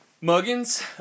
Muggins